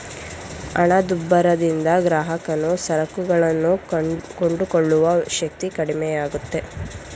ಹಣದುಬ್ಬರದಿಂದ ಗ್ರಾಹಕನು ಸರಕುಗಳನ್ನು ಕೊಂಡುಕೊಳ್ಳುವ ಶಕ್ತಿ ಕಡಿಮೆಯಾಗುತ್ತೆ